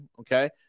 Okay